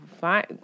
Fine